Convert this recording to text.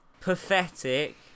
pathetic